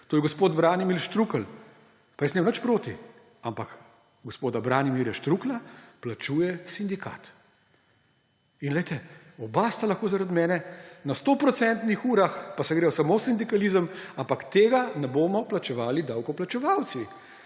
To je gospod Branimir Štrukelj. Pa jaz nimam nič proti, ampak gospoda Branimirja Štruklja plačuje sindikat. Oba sta lahko zaradi mene na stoprocentnih urah pa se grejo samo sindikalizem, ampak tega ne bomo plačevali davkoplačevalci.